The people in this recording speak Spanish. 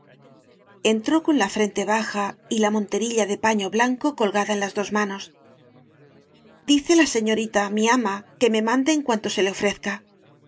entró con la frente baja y la monterilla de paño blanco colgada en las dos manos dice la señorita mi ama que me mande en cuanto se le ofrezca